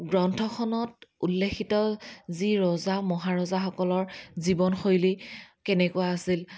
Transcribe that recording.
গ্ৰন্থখনত উল্লেখিত যি ৰজা মহাৰজাসকলৰ জীৱনশৈলী কেনেকুৱা আছিল